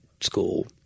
school